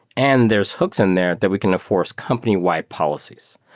and there's hooks in there that we can enforce companywide policies.